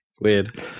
Weird